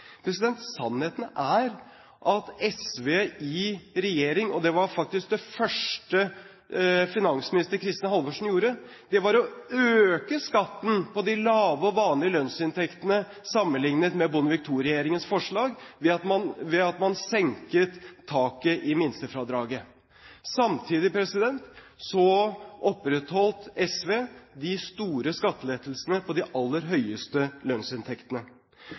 Sannheten er at SV i regjering – og det var faktisk det første finansminister Kristin Halvorsen gjorde – økte skatten på de lave og vanlige lønnsinntektene sammenlignet med Bondevik II-regjeringens forslag ved at man senket taket i minstefradraget. Samtidig opprettholdt SV de store skattelettelsene på de aller høyeste lønnsinntektene.